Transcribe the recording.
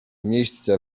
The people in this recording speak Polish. miejsce